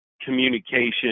communication